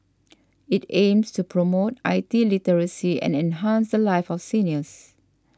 it aims to promote I T literacy and enhance the lives of seniors